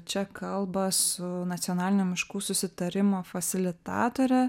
čia kalba su nacionalinio miškų susitarimo fasilitatore